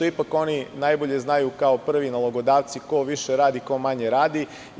Jer, ipak oni najbolje znaju, kao prvi nalogodavci, ko više radi, ko manje radi, itd.